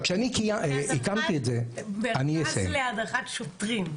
בית ספר לשוטרים.